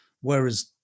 whereas